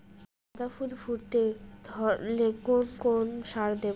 গাদা ফুল ফুটতে ধরলে কোন কোন সার দেব?